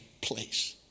place